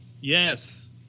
Yes